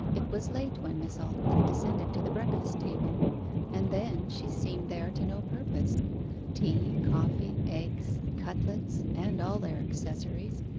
it was late when miss aldclyffe descended to the breakfast-table and then she seemed there to no purpose tea, coffee, eggs, cutlets, and all their accessories,